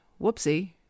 whoopsie